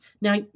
Now